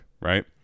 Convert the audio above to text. right